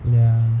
ya